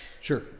sure